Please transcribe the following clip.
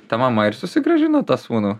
ta mama ir susigrąžino tą sūnų